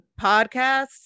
podcasts